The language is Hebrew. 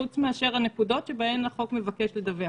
חוץ מאשר הנקודות שבהן החוק מבקש לדווח.